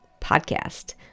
podcast